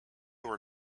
were